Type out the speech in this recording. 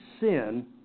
sin